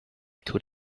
could